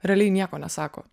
realiai nieko nesako